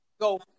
go